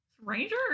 Ranger